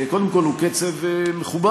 קודם כול, הוא קצב מכובד.